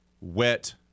wet